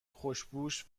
خوشپوش